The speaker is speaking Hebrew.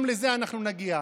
גם לזה אנחנו נגיע.